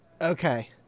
Okay